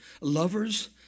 Lovers